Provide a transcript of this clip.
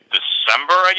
December